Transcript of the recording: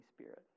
Spirit